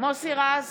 מוסי רז,